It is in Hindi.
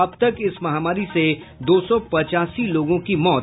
अब तक इस महामारी से दो सौ पचासी लोगों की मौत